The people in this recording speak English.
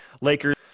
Lakers